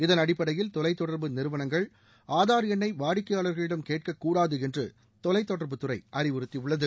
இதன் அடிப்படையில் தொலைத்தொடர்பு நிறுவனங்கள் ஆதார் எண்ணை வாடிக்கையாளர்களிடம் கேட்கக்கூடாது என்று தொலைத்தொடர்புத்துறை அறிவுறுத்தியுள்ளது